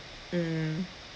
mm